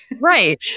Right